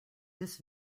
this